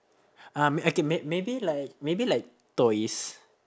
um okay may~ maybe like maybe like toys